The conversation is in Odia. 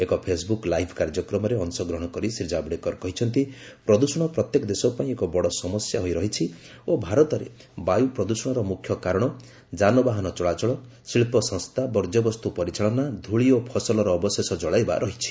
ଏକ ଫେସ୍ବୁକ୍ ଲାଇଭ୍ କାର୍ଯ୍ୟକ୍ରମରେ ଅଶଗ୍ରହଣ କରି ଶ୍ରୀ ଜାବଡେକର କହିଛନ୍ତି ପ୍ରଦୂଷଣ ପ୍ରତ୍ୟେକ ଦେଶ ପାଇଁ ଏକ ବଡ଼ ସମସ୍ୟା ହୋଇ ରହିଛି ଓ ଭାରତରେ ବାୟୁ ପ୍ରଦୃଷଣର ମୁଖ୍ୟ କାରଣ ଯାନବାହାନ ଚଳାଚଳ ଶିଳ୍ପସଂସ୍ଥା ବର୍ଜ୍ୟବସ୍ତୁ ପରିଚାଳନା ଧୂଳି ଓ ଫସଲର ଅବଶେଷ ଜଳାଇବା ରହିଛି